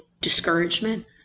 discouragement